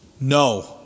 No